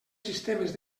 sistemes